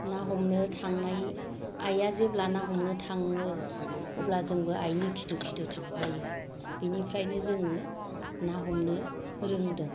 ना हमनो थांनाय आइआ जेब्ला ना हमनो थाङो अब्ला जोंबो आइनि खिथु खिथु थांफायो बिनिफ्रायनो जोङो ना हमनो रोंदों